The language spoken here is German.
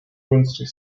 günstig